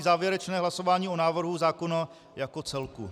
Závěrečné hlasování o návrhu zákona jako celku.